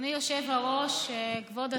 אדוני היושב-ראש, כבוד השר,